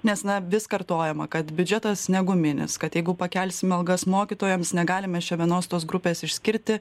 nes na vis kartojama kad biudžetas neguminis kad jeigu pakelsime algas mokytojams negalim mes čia vienos tos grupės išskirti